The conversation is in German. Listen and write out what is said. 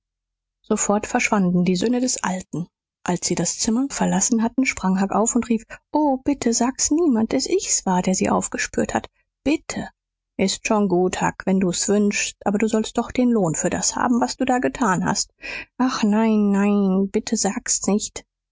sofort verschwanden die söhne des alten als sie das zimmer verlassen hatten sprang huck auf und rief o bitte sagt's niemand daß ich's war der sie aufgespürt hat bitte ist schon gut huck wenn du's wünschst aber du sollst doch den lohn für das haben was du da getan hast ach nein nein bitte sagt's nicht